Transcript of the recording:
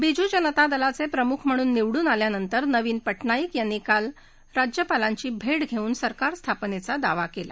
बीजू जनता दलाचे प्रमुख म्हणून निवडून अल्यानंतर प ्राईक यांनी काल राज्यपालांची भेा प्रेऊन सरकार स्थापनेचा दावा केला